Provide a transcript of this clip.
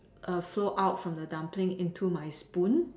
flow out from the dumpling into my spoon